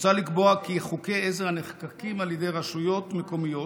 לקבוע כי חוקי עזר הנחקקים על ידי רשויות מקומיות,